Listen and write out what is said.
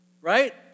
Right